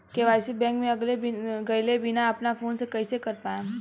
KYC bank मे गएले बिना अपना फोन से कइसे कर पाएम?